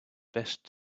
best